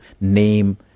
name